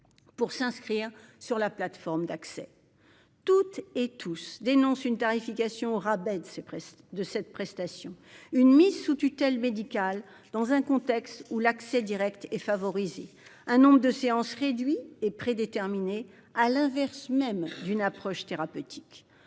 pour s'inscrire sur la plateforme. Toutes et tous dénoncent une tarification au rabais de cette prestation, une mise sous tutelle médicale, dans un contexte où l'accès direct est favorisé, un nombre de séances réduit et prédéterminé, contrairement à ce que doit être une approche thérapeutique.